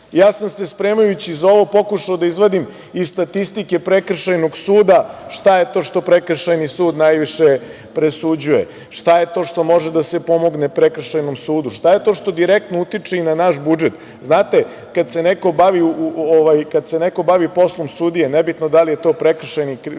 imamo. Spremajući se za ovo, ja sam pokušao da izvadim iz statistike Prekršajnog suda šta je to što Prekršajni sud najviše presuđuje, šta je to što može da se pomogne Prekršajnom sudu, šta je to što direktno utiče i na naš budžet. Znate, kad se neko bavi poslom sudije, nebitno da li je to prekršajni,